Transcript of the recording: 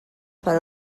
per